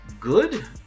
good